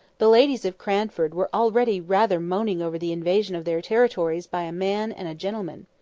the ladies of cranford were already rather moaning over the invasion of their territories by a man and a gentleman.